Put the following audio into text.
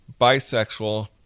bisexual